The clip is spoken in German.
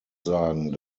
sagen